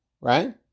right